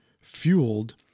Fueled